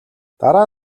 дараа